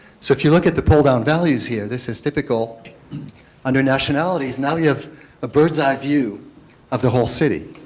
so if you look at the pull down values here this is typical under nationalities now you have a bird's eye view of the whole city,